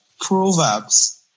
proverbs